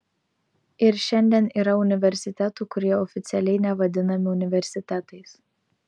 ir šiandien yra universitetų kurie oficialiai nevadinami universitetais